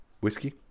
Whiskey